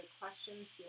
questions